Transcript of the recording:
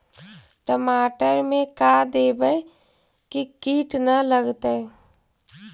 टमाटर में का देबै कि किट न लगतै?